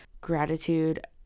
Gratitude